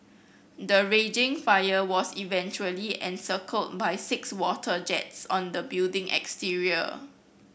the raging fire was eventually encircled by six water jets on the building exterior